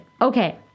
Okay